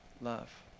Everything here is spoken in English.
love